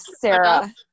sarah